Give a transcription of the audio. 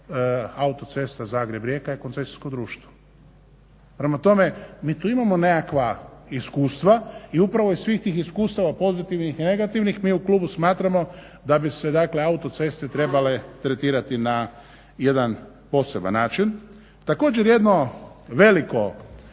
Autocesta Zagreb-Rijeka je koncesijsko društvo. Prema tome, mi tu imamo nekakva iskustva i upravo iz svih tih iskustava pozitivnih i negativnih mi u klubu smatramo da bi se dakle autoceste trebale tretirati na jedan poseban način. Također jedno veliko